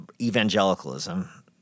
evangelicalism